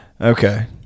okay